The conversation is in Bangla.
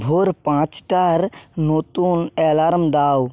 ভোর পাঁচটার নতুন অ্যালার্ম দাও